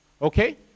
Okay